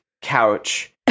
couch